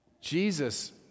Jesus